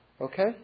Okay